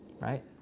right